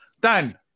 Dan